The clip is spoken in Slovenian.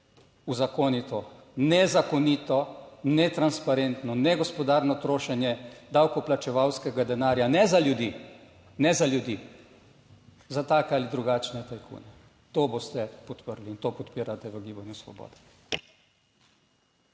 uzakoni to nezakonito, netransparentno, negospodarno trošenje davkoplačevalskega denarja, ne za ljudi. Ne za ljudi, za take ali drugačne tajkune. To boste podprli in to podpirate v Gibanju Svoboda.